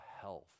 health